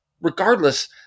regardless